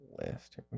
list